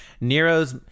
nero's